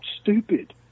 stupid